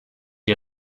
die